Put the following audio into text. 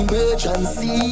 Emergency